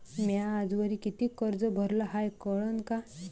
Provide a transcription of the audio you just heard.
म्या आजवरी कितीक कर्ज भरलं हाय कळन का?